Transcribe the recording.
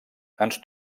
ens